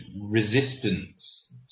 resistance